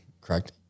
correct